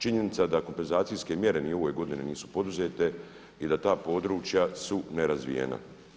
Činjenica da kompenzacijske mjere ni u ovoj godini nisu poduzete i da ta područja su nerazvijena.